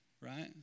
right